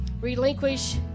relinquish